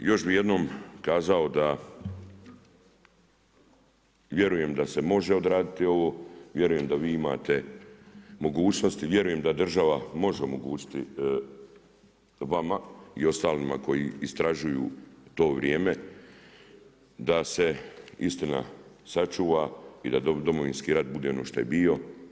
I još bi jednom kazao da vjerujem da se može odraditi ovo, vjerujem da vi imate mogućnosti, vjerujem da država može omogućiti vama i ostalima koji istražuju to vrijeme, da se istina sačuva i da Domovinski rat bude ono što je bio.